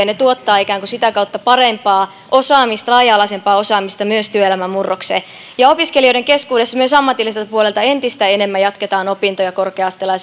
ne tuottavat sitä kautta ikään kuin parempaa osaamista laaja alaisempaa osaamista myös työelämän murrokseen ja opiskelijoiden keskuudessa myös ammatilliselta puolelta entistä enemmän jatketaan opintoja korkea asteella